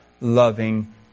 loving